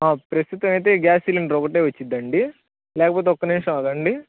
ప్రస్తుతం అయితే gas cylinder ఒక్కటే వచ్చుదండి లేకపోతే ఒక్క నిమిషం ఆగండి